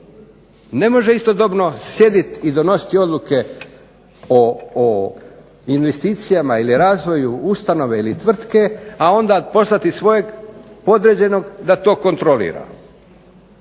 Ne može istodobno sjediti i donositi odluke o investicijama ili razvoju ustanove ili tvrtke, a onda poslati svojeg podređenog da to kontrolira.